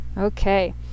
okay